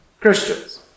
Christians